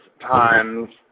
times